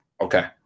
okay